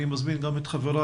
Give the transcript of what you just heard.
אני מזמין גם את חבריי,